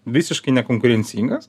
visiškai nekonkurencingas